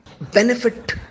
benefit